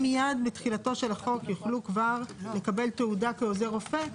הם מיד בתחילתו של החוק יוכלו כבר לקבל תעודה כעוזר רופא,